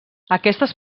aquestes